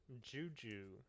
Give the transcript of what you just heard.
Juju